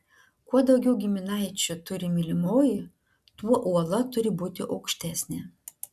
kuo daugiau giminaičių turi mylimoji tuo uola turi būti aukštesnė